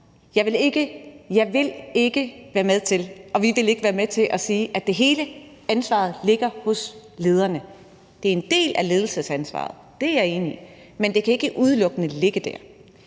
vi vil ikke være med til – at sige, at hele ansvaret ligger hos lederne. Det er en del af ledelsesansvaret. Det er jeg enig i. Men det kan ikke udelukkende ligge der.